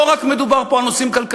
לא מדובר פה רק על נושאים כלכליים,